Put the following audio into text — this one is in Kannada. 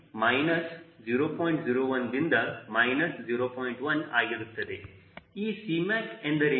ಈ Cmac ಎಂದರೇನು